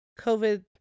COVID